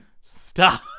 stop